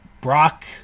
Brock